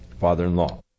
Father-in-law